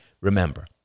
remember